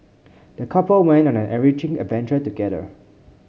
the couple went on an enriching adventure together